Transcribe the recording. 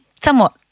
somewhat